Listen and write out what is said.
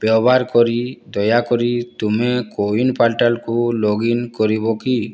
ବ୍ୟବହାର କରି ଦୟାକରି ତୁମେ କୋୱିନ୍ ପୋର୍ଟାଲ୍କୁ ଲଗ୍ଇନ୍ କରିବ କି